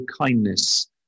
kindness